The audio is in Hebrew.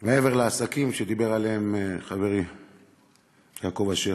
מעבר לעסקים שדיבר עליהם חברי יעקב אשר.